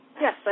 Yes